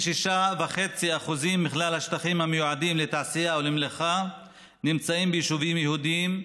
96.5% מכלל השטחים המיועדים לתעשייה ולמלאכה נמצאים ביישובים יהודיים,